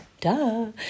Duh